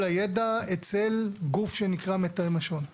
הידע אצל גוף שנקרא "מתאם השבויים והנעדרים".